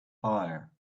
fire